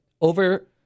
over